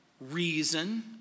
reason